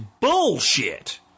bullshit